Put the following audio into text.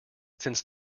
since